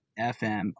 FM